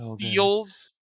feels